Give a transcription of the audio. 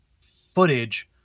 footage